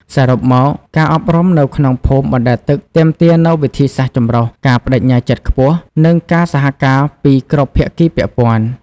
សរុបមក ការអប់រំនៅក្នុងភូមិបណ្តែតទឹកទាមទារនូវវិធីសាស្រ្តចម្រុះ ការប្តេជ្ញាចិត្តខ្ពស់ និងការសហការពីគ្រប់ភាគីពាក់ព័ន្ធ។